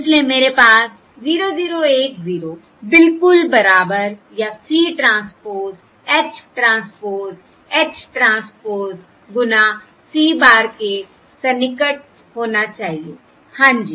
इसलिए मेरे पास 0 0 1 0 बिल्कुल बराबर या C transpose H transpose H transpose गुना C bar के सन्निकट होना चाहिए हां जी